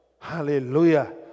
Hallelujah